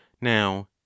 now